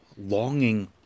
longing